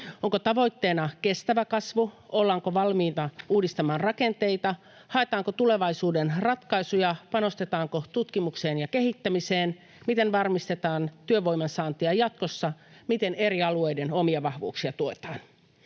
Onko tavoitteena kestävä kasvu, ollaanko valmiita uudistamaan rakenteita, haetaanko tulevaisuuden ratkaisuja, panostetaanko tutkimukseen ja kehittämiseen, miten varmistetaan työvoiman saantia jatkossa, miten eri alueiden omia vahvuuksia tuetaan?